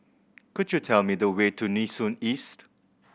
could you tell me the way to Nee Soon East